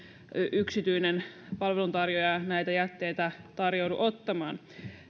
yksityinen palveluntarjoaja näitä jätteitä tarjoudu ottamaan